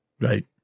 Right